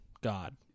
God